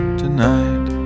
tonight